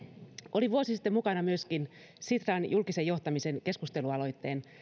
olin vuosi sitten mukana myöskin sitran julkisen johtamisen keskustelualoitteen